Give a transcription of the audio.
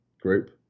group